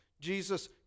Jesus